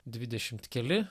dvidešimt keli